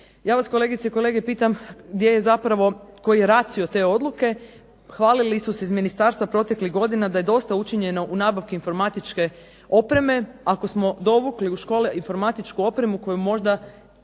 Ja vas kolegice i kolege zapravo pitam koji je ratio te odluke hvalili su se iz Ministarstva proteklih godina da je dosta učinjeno u nabavki informatičke opreme, ako smo dovukli u škole informatičku opremu koju možda